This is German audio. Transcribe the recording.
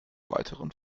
weiteren